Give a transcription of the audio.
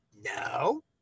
no